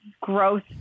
gross